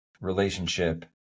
relationship